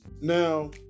Now